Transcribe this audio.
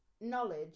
knowledge